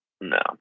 No